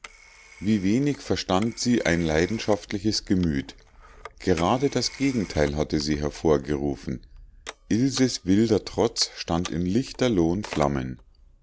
wie wenig verstand sie ein leidenschaftliches gemüt gerade das gegenteil hatte sie hervorgerufen ilses wilder trotz stand in lichterlohen flammen